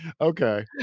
okay